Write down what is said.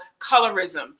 colorism